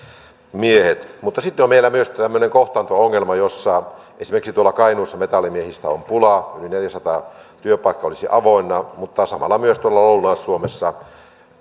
miehet mutta sitten on meillä myös tämmöinen kohtaanto ongelma jossa esimerkiksi kainuussa metallimiehistä on pulaa yli neljäsataa työpaikkaa olisi avoinna mutta samalla myös lounais suomessa